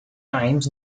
times